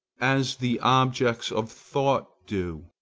as the objects of thought do.